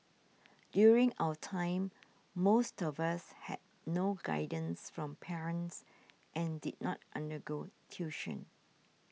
during our time most of us had no guidance from parents and did not undergo tuition